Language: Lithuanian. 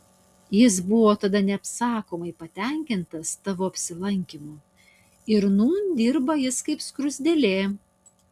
jis buvo tada neapsakomai patenkintas tavo apsilankymu ir nūn dirba jis kaip skruzdėlė